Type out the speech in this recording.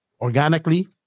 organically